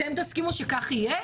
אתם תסכימו שכך יהיה?